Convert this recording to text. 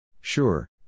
Sure